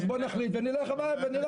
אז בואו נחליט שנלך הביתה,